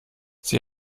sie